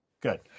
Good